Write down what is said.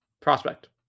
prospect